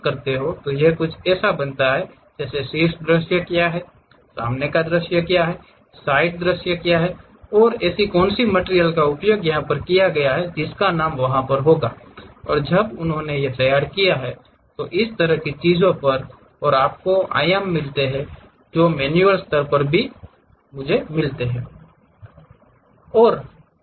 तो यह कुछ ऐसा बनाता है जैसे शीर्ष दृश्य क्या है सामने का दृश्य क्या है साइड दृश्य क्या है और ऐसी कौन सी मटिरियल का उपयोग किया गया है जिसका नाम वहां है और जब उन्होंने तैयार किया है और इसी तरह की चीजों पर और आपको आयाम मिलते है और मैनुअल स्तर पर भी वे मिलते हैं